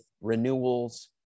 renewals